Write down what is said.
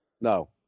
No